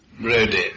Brody